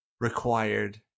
required